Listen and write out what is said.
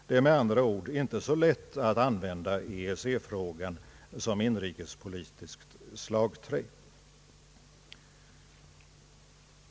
Det är med andra ord inte så lätt att använda EEC-frågan som inrikespolitiskt slagträ.